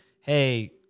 Hey